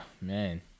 man